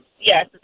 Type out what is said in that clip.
Yes